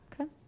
Okay